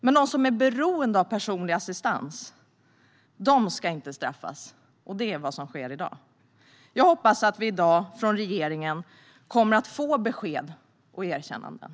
Men de som är beroende av personlig assistans ska inte straffas - det är vad som sker i dag. Jag hoppas att vi i dag från regeringen kommer att få besked och erkännanden.